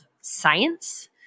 science